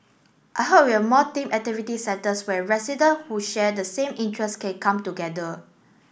I hope we have more themed activity centres where resident who share the same interest can come together